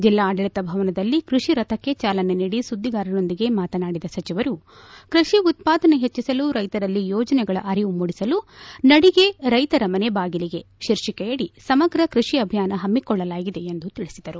ಜಿಲ್ಲಾಡಳಿತ ಭವನದಲ್ಲಿ ಕೃಷಿ ರಥಕ್ಕೆ ಚಾಲನೆ ನೀಡಿ ಸುದ್ದಿಗಾರರೊಂದಿಗೆ ಮಾತನಾಡಿದ ಸಚಿವರು ಕೃಷಿ ಉತ್ಪಾದನೆ ಹೆಚ್ಚಸಲು ರೈತರಲ್ಲಿ ಯೋಜನೆಗಳ ಅರಿವು ಮೂಡಿಸಲು ನಡಿಗೆ ರೈತರ ಮನೆ ಬಾಗಿಲಿಗೆ ಶೀರ್ಷಿಕೆಯಡಿ ಸಮಗ್ರ ಕೃಷಿ ಅಭಿಯಾನ ಹಮ್ಮಿಕೊಳ್ಳಲಾಗಿದೆ ಎಂದು ತಿಳಿಸಿದರು